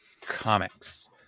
comics